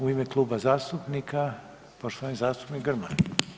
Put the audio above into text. U ime kluba zastupnik poštovani zastupnik Grmoja.